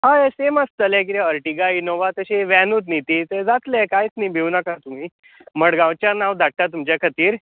हय सेम आसतलें किद्या अर्टिगा इनोवा तशी वॅनूत न्ही ती तें जातलें कांयत न्ही भिऊ नाका तुमी मडगांवच्यान हांव धाडटा तुमच्या खातीर